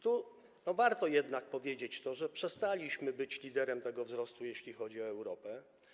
Tu warto jednak powiedzieć to, że przestaliśmy być liderem tego wzrostu, jeśli chodzi o Europę.